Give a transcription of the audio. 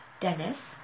Dennis